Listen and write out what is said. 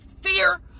fear